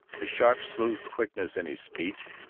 a syrup-smooth quickness in his speech,